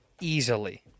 easily